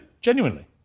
Genuinely